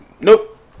Nope